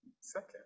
Second